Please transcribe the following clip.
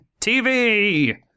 TV